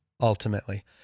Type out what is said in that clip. Ultimately